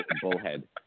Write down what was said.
Bullhead